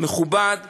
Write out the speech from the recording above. מכובד וטוב.